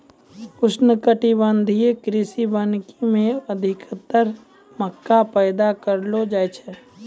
उष्णकटिबंधीय कृषि वानिकी मे अधिक्तर मक्का पैदा करलो जाय छै